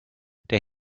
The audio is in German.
der